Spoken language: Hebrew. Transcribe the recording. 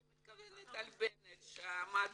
אני מתכוונת לבנט שעמד